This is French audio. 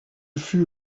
fut